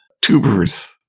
tubers